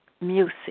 music